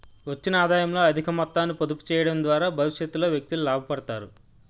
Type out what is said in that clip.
వచ్చిన ఆదాయంలో అధిక మొత్తాన్ని పొదుపు చేయడం ద్వారా భవిష్యత్తులో వ్యక్తులు లాభపడతారు